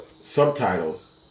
subtitles